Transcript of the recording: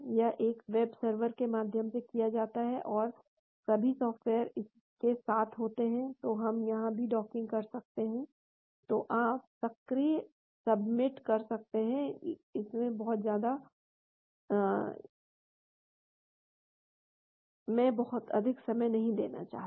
यह एक web server के माध्यम से किया जाता है और सभी सॉफ्टवेयर इस के साथ होते हैं तो हम यहां भी डॉकिंग कर सकते हैं तो आप डॉकिंग सबमिट कर सकते हैं मैं बहुत अधिक समय नहीं देना चाहता